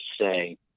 say